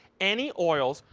any oils,